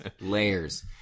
layers